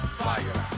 fire